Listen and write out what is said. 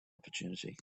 opportunity